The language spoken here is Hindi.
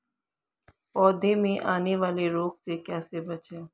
पौधों में आने वाले रोग से कैसे बचें?